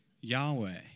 Yahweh